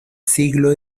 siglo